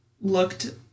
looked